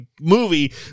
movie